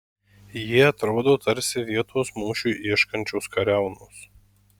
jie atrodo tarsi vietos mūšiui ieškančios kariaunos